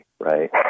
right